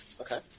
Okay